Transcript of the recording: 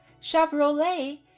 Chevrolet